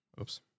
Oops